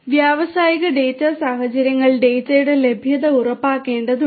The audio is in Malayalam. വ്യാവസായിക ഡാറ്റ സാഹചര്യങ്ങളിൽ ഡാറ്റയുടെ ലഭ്യത ഉറപ്പാക്കേണ്ടതുണ്ട്